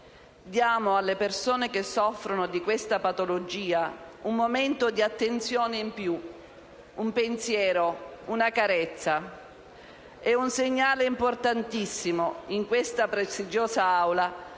Diamo alle persone che soffrono di questa patologia un momento di attenzione in più, un pensiero, una carezza. È un segnale importantissimo, in questa prestigiosa Aula,